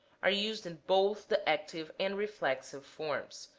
are used in both the active and reflexive forms,